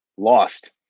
lost